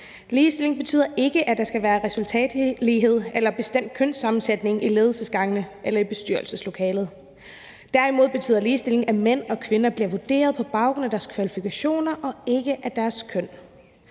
Ligestilling betyder ikke, at der skal være resultatlighed eller en bestemt kønssammensætning på ledelsesgangene eller i bestyrelseslokalet. Derimod betyder ligestilling, at mænd og kvinder bliver vurderet på baggrund af deres kvalifikationer og ikke deres køn.